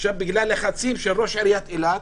ובגלל לחצים של ראש עיריית אילת,